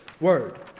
word